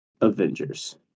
Avengers